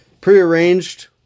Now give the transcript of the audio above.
prearranged